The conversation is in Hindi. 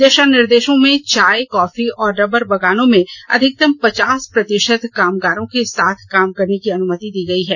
दिशा निर्देशों में चाय कॉफी और रबर बगानों में अधिकतम पचास प्रतिशत कामगारों के साथ काम करने की अनुमति दी गई है